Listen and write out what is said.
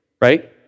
right